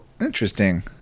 Interesting